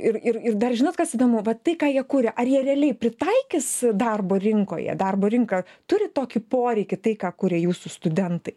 ir ir ir dar žinot kas įdomu vat tai ką jie kuria ar jie realiai pritaikys darbo rinkoje darbo rinka turi tokį poreikį tai ką kuria jūsų studentai